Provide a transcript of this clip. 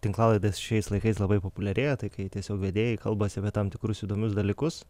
tinklalaidės šiais laikais labai populiarėja tai kai tiesiog vedėjai kalbasi apie tam tikrus įdomius dalykus